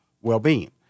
well-being